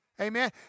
Amen